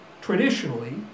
traditionally